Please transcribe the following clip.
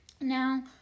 Now